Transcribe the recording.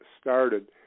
started